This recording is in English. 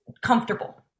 comfortable